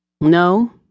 No